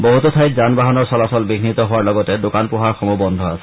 বহুতো ঠাইত যান বাহানৰ চলাচল বিঘ্নিত হোৱাৰ লগতে দোকান পোহাৰসমূহ বন্ধ আছে